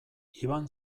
iban